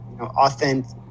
authentic